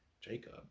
jacob